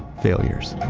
failures